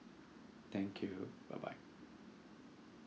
thank you bye bye